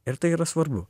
ir tai yra svarbu